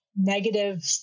negative